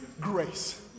grace